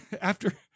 After-